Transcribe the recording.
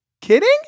kidding